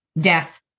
death